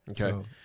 Okay